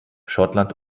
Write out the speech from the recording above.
schottland